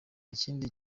kindi